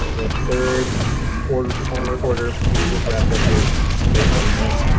the third quarter for recorder that we just wrapped up here may twenty ninth.